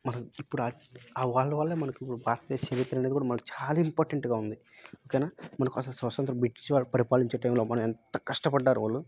మనం ఇప్పుడు ఆ వాళ్ళ వల్లే మనకిప్పుడు భారత దేశచరిత్ర అనేది కూడా మనకు చాలా ఇంపార్టెంట్గా ఉంది ఓకేనా మనకు అసలు స్వసంత్రం బ్రిటీ వారు పరిపాలించే టైంలో మన ఎంత కష్టపడ్డారు వాళ్ళు